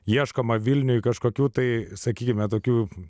ieškoma vilniuje kažkokių tai sakykime tokių